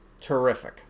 terrific